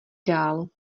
dál